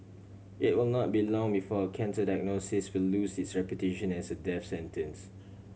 it will not be long before a cancer diagnosis will lose its reputation as a death sentence